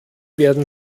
werden